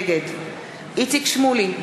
נגד איציק שמולי,